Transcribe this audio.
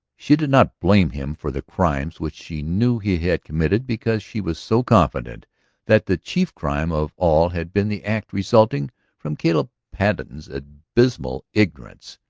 she did not blame him for the crimes which she knew he had committed because she was so confident that the chief crime of all had been the act resulting from caleb patten's abysmal ignorance.